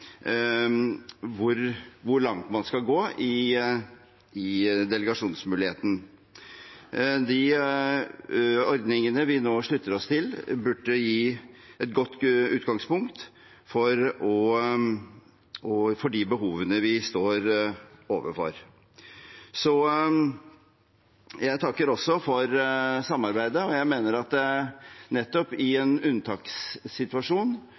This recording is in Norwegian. hvor langt man skal gå i delegasjonsmuligheten. De ordningene vi nå slutter oss til, burde gi et godt utgangspunkt for de behovene vi står overfor. Jeg takker også for samarbeidet, og jeg mener at det nettopp i en unntakssituasjon,